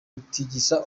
gutigisa